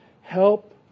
help